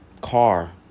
car